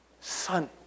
son